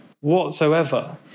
whatsoever